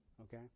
Okay